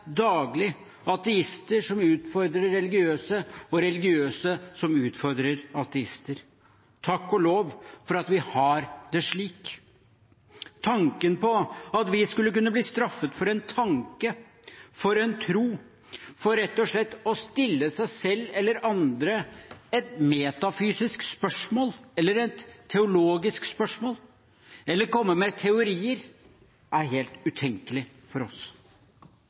som utfordrer religiøse og religiøse som utfordrer ateister. Takk og lov for at vi har det slik! Tanken på at vi skulle kunne bli straffet for en tanke, for en tro, for rett og slett å stille seg selv eller andre et metafysisk spørsmål, et teologisk spørsmål, eller for å komme med teorier, er helt utenkelig for oss.